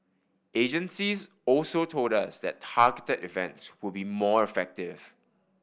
agencies also told us that targeted events would be more effective